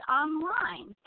online